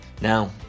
Now